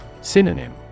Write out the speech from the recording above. Synonym